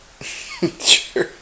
Sure